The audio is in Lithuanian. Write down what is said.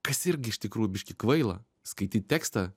kas irgi iš tikrųjų biškį kvaila skaityt tekstą